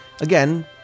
again